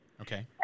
Okay